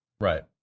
Right